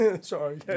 Sorry